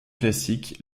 classique